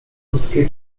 ludzkiej